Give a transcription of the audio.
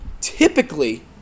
typically